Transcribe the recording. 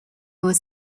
was